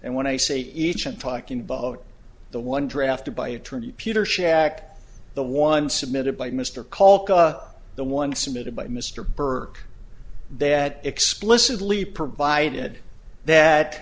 and when i say each i'm talking about the one drafted by attorney peter shack the one submitted by mr call cause the one submitted by mr burke that explicitly provided that